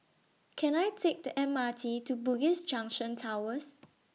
Can I Take The M R T to Bugis Junction Towers